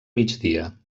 migdia